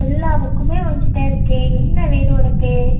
எல்லா புக்குமே எங்கிட்ட இருக்குது என்ன வேணும் உனக்கு